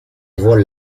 vuol